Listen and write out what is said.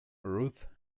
ruth